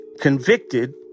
convicted